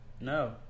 No